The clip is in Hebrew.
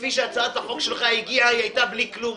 כפי שהצעת החוק שלך הגיעה היא היתה בלי כלום.